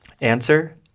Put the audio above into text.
Answer